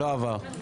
לא עבר.